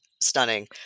stunning